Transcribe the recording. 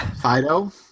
Fido